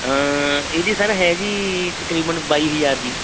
ਇਹ ਦੀ ਸਰ ਹੈ ਜੀ ਤਕਰੀਬਨ ਬਾਈ ਹਜ਼ਾਰ ਜੀ